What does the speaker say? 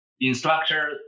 instructor